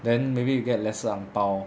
then maybe you get lesser ang pao